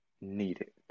needed